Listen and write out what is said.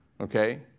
Okay